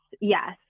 Yes